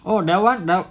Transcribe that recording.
oh that [one] that